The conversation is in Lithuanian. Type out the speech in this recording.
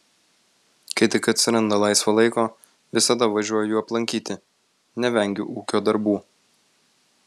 kai tik atsiranda laisvo laiko visada važiuoju jų aplankyti nevengiu ūkio darbų